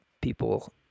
people